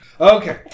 Okay